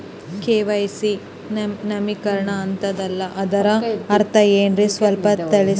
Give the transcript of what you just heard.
KYC ನವೀಕರಣ ಅಂತಾರಲ್ಲ ಅದರ ಅರ್ಥ ಏನ್ರಿ ಸ್ವಲ್ಪ ತಿಳಸಿ?